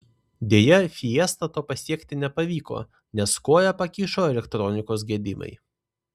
deja fiesta to pasiekti nepavyko nes koją pakišo elektronikos gedimai